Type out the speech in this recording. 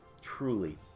truly